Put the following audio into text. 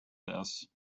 this